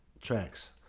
tracks